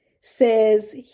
says